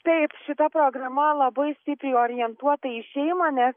taip šita programa labai stipriai orientuota į šeimą nes